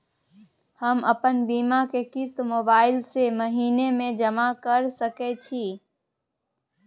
हम अपन बीमा के किस्त मोबाईल से महीने में जमा कर सके छिए?